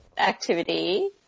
activity